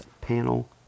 panel